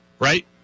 right